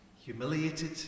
humiliated